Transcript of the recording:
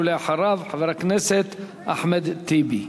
ואחריו, חבר הכנסת אחמד טיבי.